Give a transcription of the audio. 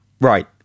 Right